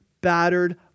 battered